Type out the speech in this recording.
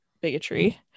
bigotry